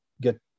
get